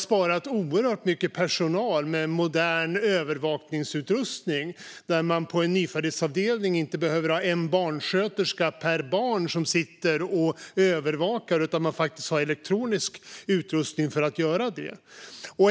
Modern övervakningsutrustning har också sparat oerhört mycket personal - på en nyföddhetsavdelning behöver inte en barnsköterska per barn sitta och övervaka, utan det finns elektronisk utrustning för att göra detta.